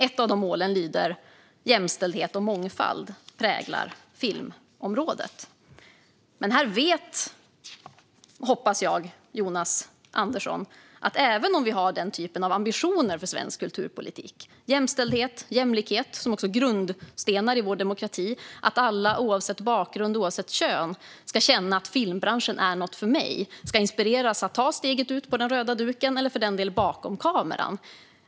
Ett av de målen är detta: "Jämställdhet och mångfald präglar filmområdet." Vi har den typen av ambitioner för svensk kulturpolitik - jämställdhet och jämlikhet, som också är grundstenar i vår demokrati, och att alla oavsett bakgrund och kön ska känna att filmbranschen är något för dem och inspireras att ta plats på vita duken eller för den delen bakom kameran.